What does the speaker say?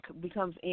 becomes